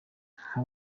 nka